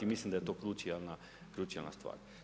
Mislim da je to krucijalna stvar.